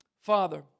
Father